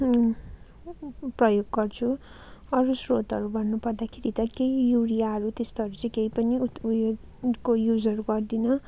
प्रयोग गर्छु अरू स्रोतहरू भन्नु पर्दाखेरि त केही युरियाहरू त्यस्तोहरू चाहिँ केही पनि उत् ऊ योहरूको युजहरू गर्दिनँ